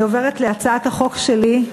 אני עוברת להצעת החוק שלי,